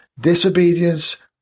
Disobedience